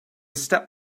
step